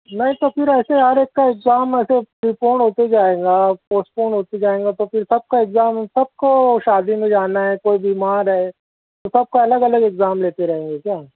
نہیں تو پھر ایسے ہر ایک کا ایگزام ایسے پریپونڈ ہوتے جائے گا اور پوسٹپونڈ ہوتے جائیں گا تو پھر سب کا ایگزام سب کو شادی میں جانا ہے کوئی بیمار ہے تو سب کا الگ الگ ایگزام لیتے رہیں گے کیا